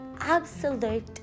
absolute